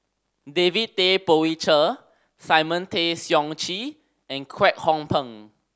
David Tay Poey Cher Simon Tay Seong Chee and Kwek Hong Png